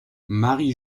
marie